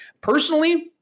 Personally